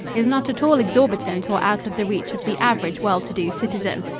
is not at all exorbitant or out of the reach of the average well-to-do citizen.